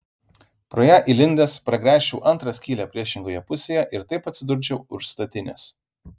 pro ją įlindęs pragręžčiau antrą skylę priešingoje pusėje ir taip atsidurčiau už statinės